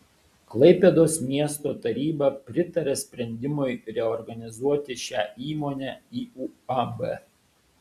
klaipėdos miesto taryba pritarė sprendimui reorganizuoti šią įmonę į uab